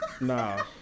nah